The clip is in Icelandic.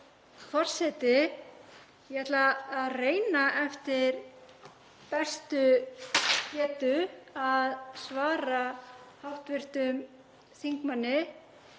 forseti. Ég ætla að reyna eftir bestu getu að svara hv. þingmanni.